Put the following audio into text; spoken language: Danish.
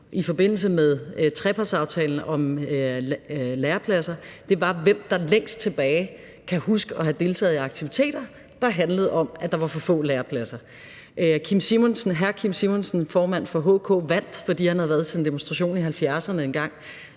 i forbindelsen med trepartsaftalen om lærepladser, var, hvem der længst tilbage kunne huske at have deltaget i aktiviteter, der handlede om, at der var for få lærepladser. Hr. Kim Simonsen, formand for HK, vandt, fordi han havde været til en demonstration engang